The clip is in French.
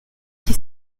qui